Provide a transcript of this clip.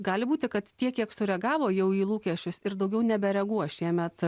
gali būti kad tiek kiek sureagavo jau į lūkesčius ir daugiau nebereaguos šiemet